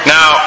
Now